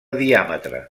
diàmetre